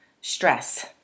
stress